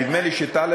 נדמה לי שטלב,